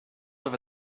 over